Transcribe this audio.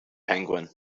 penguin